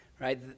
right